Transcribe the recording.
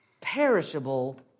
perishable